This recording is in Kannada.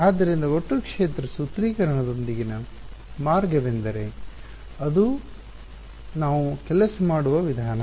ಆದ್ದರಿಂದ ಒಟ್ಟು ಕ್ಷೇತ್ರ ಸೂತ್ರೀಕರಣದೊಂದಿಗಿನ ಮಾರ್ಗವೆಂದರೆ ಅದು ನಾವು ಕೆಲಸ ಮಾಡುವ ವಿಧಾನ